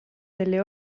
delle